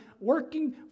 working